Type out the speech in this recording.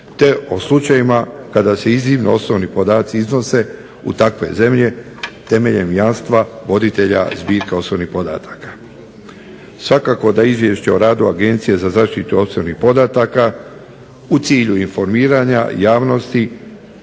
te o slučajevima kada se iznimno osobni podaci iznose u takve zemlje temeljem jamstva voditelja zbirke osobnih podataka. Svakako da izvješće o radu Agencije za zaštitu osobnih podataka u cilju informiranja javnosti